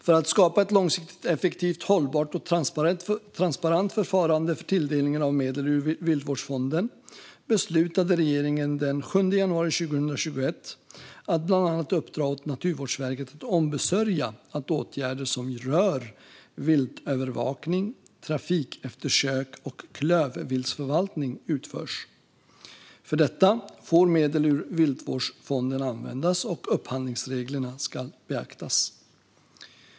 För att skapa ett långsiktigt effektivt, hållbart och transparent förfarande för tilldelningen av medel ur Viltvårdsfonden beslutade regeringen den 7 januari 2021 att bland annat uppdra åt Naturvårdsverket att ombesörja att åtgärder som rör viltövervakning, trafikeftersök och klövviltsförvaltning utförs. För detta får medel ur Viltvårdsfonden användas, och upphandlingsreglerna ska beaktas.